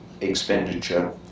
expenditure